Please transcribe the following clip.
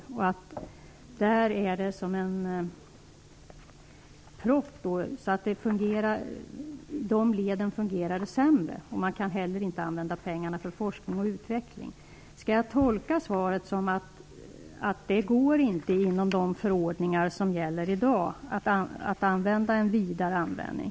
Där finns det en propp, och det fungerar sämre i dessa led. Man kan inte heller använda pengarna till forskning och utveckling. Skall jag tolka svaret som att det med gällande förordningar inte är möjligt med en vidare användning?